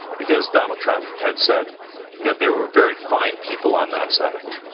because donald trump had said that they were very fine people on that side.